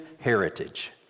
heritage